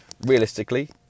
realistically